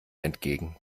entgegen